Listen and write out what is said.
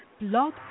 blog